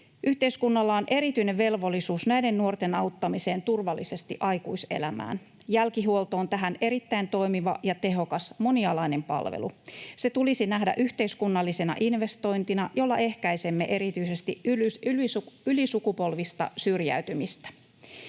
Yhteiskunnalla on erityinen velvollisuus näiden nuorten auttamiseen turvallisesti aikuiselämään. Jälkihuolto on tähän erittäin toimiva ja tehokas monialainen palvelu. Se tulisi nähdä yhteiskunnallisena investointina, jolla ehkäisemme erityisesti ylisukupolvista syrjäytymistä.